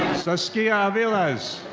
saskia aviles.